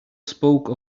spoke